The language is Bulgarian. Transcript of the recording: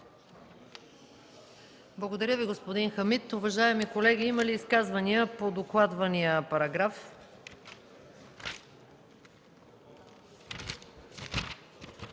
Благодаря, господин Хамид. Уважаеми колеги, има ли изказвания по докладвания параграф?